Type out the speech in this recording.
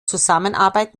zusammenarbeit